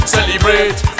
Celebrate